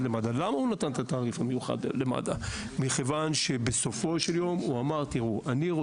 למד"א כיוון שבסופו של יום הוא אמר שאם,